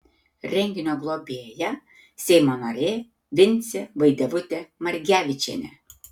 renginio globėja seimo narė vincė vaidevutė margevičienė